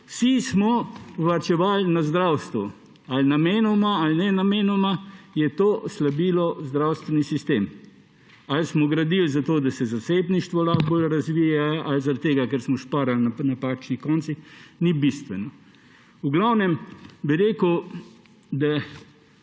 vsi smo varčevali na zdravstvu, ali namenoma ali nenamenoma je to slabilo zdravstveni sistem. Ali smo gradili zato, da se zasebništvo lahko bolj razvije, ali zaradi tega, ker smo šparali na napačnih koncih, ni bistveno. V glavnem bi rekel, da